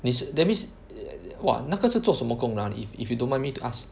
你是 that means !wah! 那个是做什么工的 uh if if you don't mind me to ask